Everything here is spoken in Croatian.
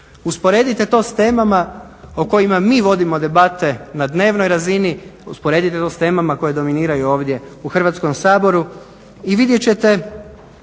Usporedite to s temama o kojima mi vodimo debate na dnevnoj razini, usporedite to s temama koje dominiraju ovdje u Hrvatskom saboru i vidjet ćete